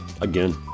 Again